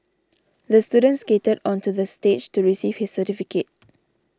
the student skated onto the stage to receive his certificate